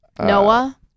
Noah